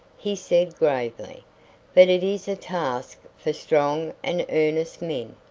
he said gravely but it is a task for strong and earnest men.